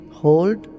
hold